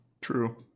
True